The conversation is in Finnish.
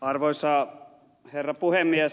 arvoisa herra puhemies